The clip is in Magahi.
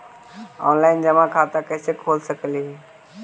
ऑनलाइन जमा खाता कैसे खोल सक हिय?